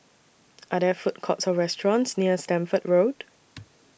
Are There Food Courts Or restaurants near Stamford Road